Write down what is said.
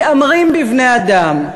מתעמרים בבני-אדם.